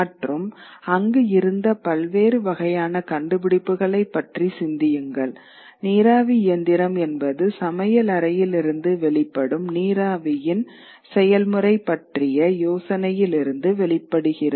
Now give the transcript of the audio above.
மற்றும் அங்கு இருந்த பல்வேறு வகையான கண்டுபிடிப்புகளைப் பற்றி சிந்தியுங்கள் நீராவி இயந்திரம் என்பது சமையலறையிலிருந்து வெளிப்படும் நீராவியின் செயல்முறை பற்றிய யோசனையிலிருந்து வெளிப்படுகிறது